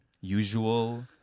usual